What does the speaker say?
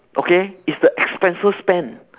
okay is the expenses spent